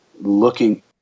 looking